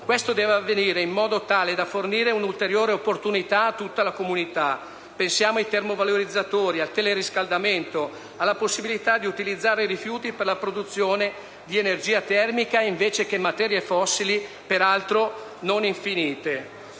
Questo deve avvenire in modo tale da fornire un'ulteriore opportunità a tutta la comunità. Pensiamo ai termovalorizzatori, al teleriscaldamento, alla possibilità di utilizzare rifiuti per la produzione di energia termica, invece che materie fossili peraltro non infinite.